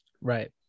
Right